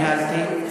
ניהלתי,